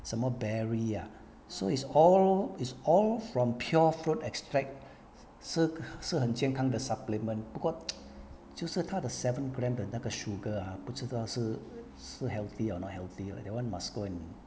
什么 berry ah so it's all it's all from pure fruit extract 是是很健康的 supplement 不过 就是他的 seven gram 的那个 sugar ah 不知道是是 healthy or not healthy lah that [one] must go and